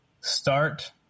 start